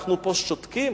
ואנחנו פה שותקים